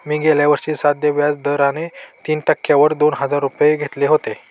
मी गेल्या वर्षी साध्या व्याज दराने तीन टक्क्यांवर दोन हजार रुपये उसने घेतले होते